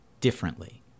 differently